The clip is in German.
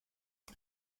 die